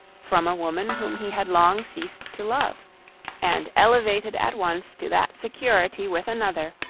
from a woman whom he had long ceased to love and elevated at once to that security with another,